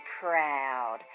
proud